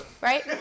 right